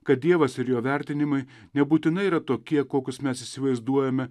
kad dievas ir jo vertinimai nebūtinai yra tokie kokius mes įsivaizduojame